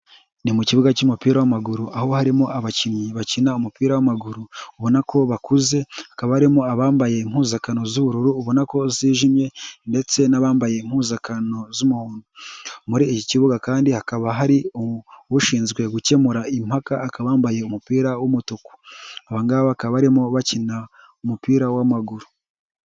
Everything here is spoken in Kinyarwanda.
Ni mu kibuga cy'umupira w'amaguru aho harimo abakinnyi bakina umupira w'amaguru, ubona ko bakuze hakaba harimo abambaye impuzankano z'ubururu ubona ko zijimye ndetse n'abambaye impuzankano z'umuhondo, muri iki kibuga kandi hakaba hari ushinzwe gukemura impaka akaba yambaye umupira w'umutuku, aba ngaba bakaba barimo bakina umupira w'amaguru.